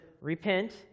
Repent